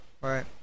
right